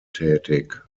tätig